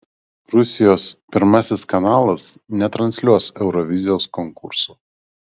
rusijos pirmasis kanalas netransliuos eurovizijos konkurso